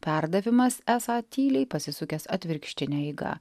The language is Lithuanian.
perdavimas esą tyliai pasisukęs atvirkštine eiga